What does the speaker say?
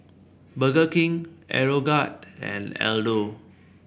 Burger King Aeroguard and Aldo